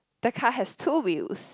the car has two wheels